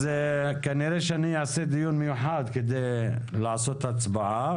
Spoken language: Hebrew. כנראה שאני אעשה דיון מיוחד כדי לעשות הצבעה.